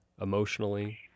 emotionally